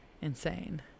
insane